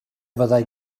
fyddai